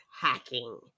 hacking